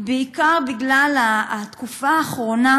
בעיקר בגלל התקופה האחרונה,